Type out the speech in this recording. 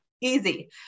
easy